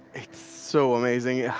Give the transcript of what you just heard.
it's so amazing. yeah